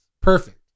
Perfect